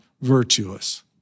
virtuous